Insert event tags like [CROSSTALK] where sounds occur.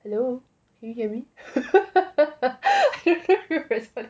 hello can you hear me [LAUGHS]